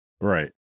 right